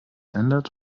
ändert